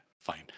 Fine